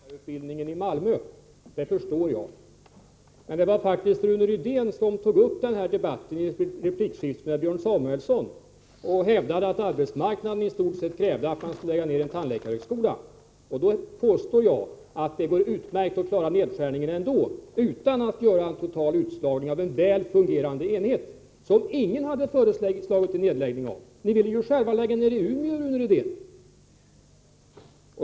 Herr talman! Att Rune Rydén inte vill tala om tandläkarutbildningen i Malmö förstår jag. Men det var faktiskt Rune Rydén som tog upp denna debatt i ett replikskifte med Björn Samuelson och hävdade att arbetsmarkna den i stort sett krävde att man lade ned en tandläkarhögskola. Jag påstår att det går utmärkt att klara nedskärningen ändå, utan att göra en total utslagning av en väl fungerande enhet, som ingen hade föreslagit en nedläggning av. Ni ville ju själva lägga ned i Umeå, Rune Rydén.